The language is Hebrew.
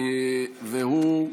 והוא: